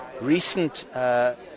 recent